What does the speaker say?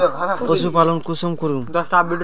पशुपालन कुंसम करूम?